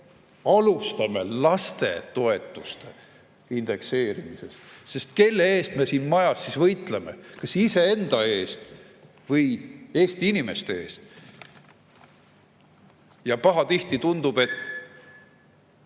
[peaks] lastetoetuste indekseerimisest. Kelle eest me siin majas siis võitleme, kas iseenda eest või Eesti inimeste eest? Pahatihti tundub, et